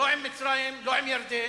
לא עם מצרים, לא עם ירדן,